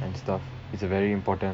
and stuff it's a very important